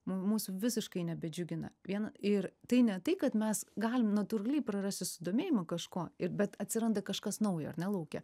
mūsų visiškai nebedžiugina vien ir tai ne tai kad mes galim natūraliai prarast susidomėjimą kažkuo ir bet atsiranda kažkas naujo ar ne lauke